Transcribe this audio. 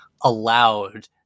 allowed